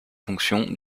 fonction